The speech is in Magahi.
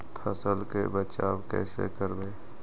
फसल के बचाब कैसे करबय?